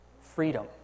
freedom